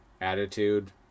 attitude